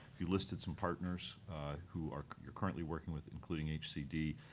you listed some partners who ah you're currently working with, including hcd.